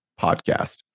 podcast